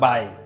Bye